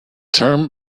term